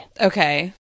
Okay